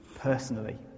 Personally